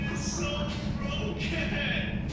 ah so broken?